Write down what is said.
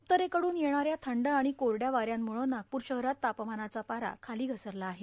उत्तरेकडून येणाऱ्या थंड आणि कोरड्या वाऱ्यांमुळं नागपूर शहरात तापमानाचा पारा खाली घसरला आहे